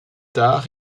tard